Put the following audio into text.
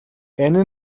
энэ